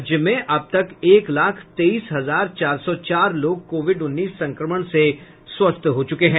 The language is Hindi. राज्य में अब तक एक लाख तेईस हजार चार सौ चार लोग कोविड उन्नीस संक्रमण से स्वस्थ हो चुके हैं